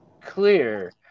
clear